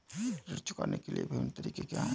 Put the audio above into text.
ऋण चुकाने के विभिन्न तरीके क्या हैं?